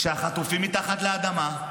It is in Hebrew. כשהחטופים מתחת לאדמה,